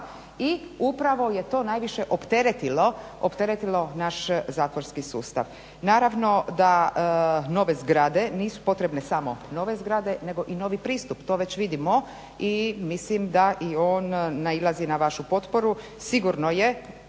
i upravo je to najviše opteretilo naš zatvorski sustav. Naravno da nove zgrade, nisu potrebne samo nove zgrade nego i novi pristup, to već vidimo i mislim da i on nailazi na vašu potporu. Sigurno je,